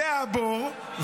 הבור,